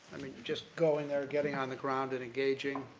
i mean, just going there, getting on the ground and engaging.